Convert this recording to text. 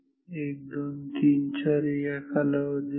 1 2 3 4 एका कालावधीमध्ये